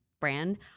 brand